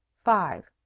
five.